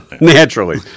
naturally